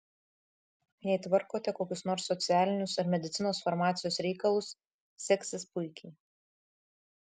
jei tvarkote kokius nors socialinius ar medicinos farmacijos reikalus seksis puikiai